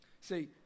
See